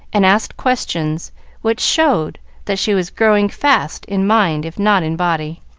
and asked questions which showed that she was growing fast in mind if not in body.